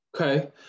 Okay